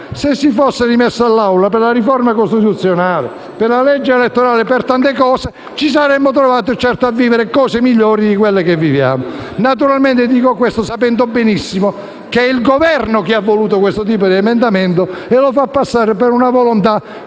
Se si fosse rimesso all'Assemblea per la riforma costituzionale, per la legge elettorale e per tanti altri provvedimenti, ci saremmo certamente trovati a vivere cose migliori di quelle che viviamo. Naturalmente dico questo sapendo benissimo che il Governo ha voluto questo tipo di emendamento, anche se lo fa passare per una volontà